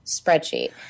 spreadsheet